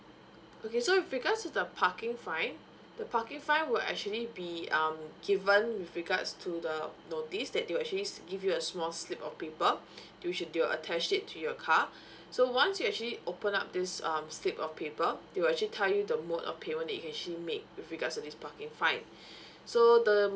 okay so with regards to the parking fine the parking fine will actually be um given with regards to the notice that they will actually give you a small slip of paper which you will attach it to your car so once you actually open up this um slip of paper they will actually tell you the mode of payment that you can actually make with regards to this parking fine so the